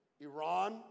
Iran